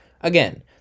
Again